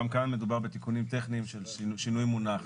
גם כאן מדובר בתיקונים טכניים של שינוי מונח,